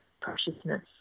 preciousness